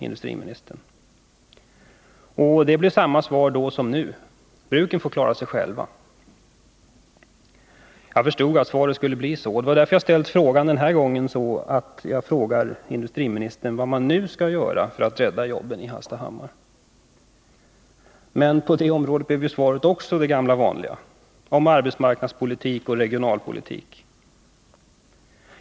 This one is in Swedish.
Industriministerns svar då var detsamma som det är nu: Bruken får klara sig själva. Jag förstod att svaret skulle bli detsamma i år, och därför har jag denna gång frågat industriministern vad han nu skall göra för att rädda jobben i Hallstahammar. Men svaret blev också denna gång det gamla vanliga — industriministern talar om arbetsmarknadspolitik och regionalpolitik.